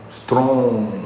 strong